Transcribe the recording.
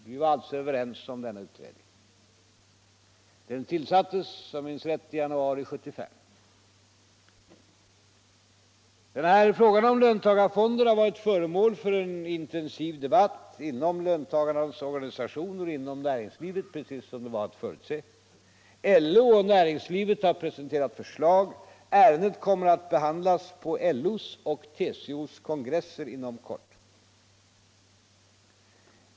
Vi var också överens om denna utredning, som tillsattes i januari 1975. Frågan om löntagarfonden har varit föremål för en intensiv debatt inom löntagarnas organisationer och inom näringslivet, precis som det var att förutse. LO och näringslivet har presenterat förslag. Ärendet kommer att behandlas på LO:s och TCO:s kongresser inom kort.